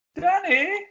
Danny